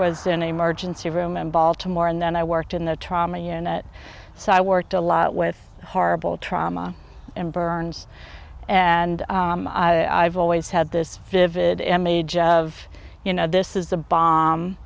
was in a merge into a room in baltimore and then i worked in the trauma unit so i worked a lot with horrible trauma and burns and i've always had this vivid image of you know this is the bomb